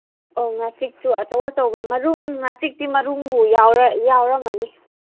ꯑꯣ ꯉꯥꯆꯤꯛꯁꯨ ꯑꯆꯧ ꯑꯆꯧꯕ ꯃꯔꯨꯝ ꯉꯥꯆꯤꯛꯇꯤ ꯃꯔꯨꯝꯕꯨ ꯌꯥꯎꯔꯝꯃꯅꯤ